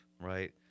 right